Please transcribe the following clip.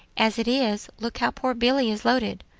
as it is, look how poor billy is loaded.